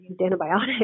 antibiotics